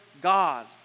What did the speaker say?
God